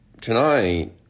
tonight